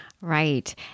Right